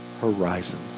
horizons